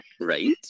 Right